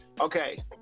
okay